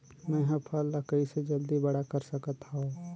मैं ह फल ला कइसे जल्दी बड़ा कर सकत हव?